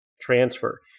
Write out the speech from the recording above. transfer